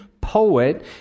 poet